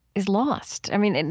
is lost. i mean,